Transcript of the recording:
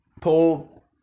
Paul